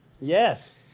Yes